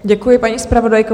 Děkuji, paní zpravodajko.